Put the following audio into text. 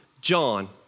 John